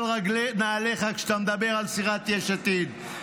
של נעליך כשאתה מדבר על סיעת יש עתיד,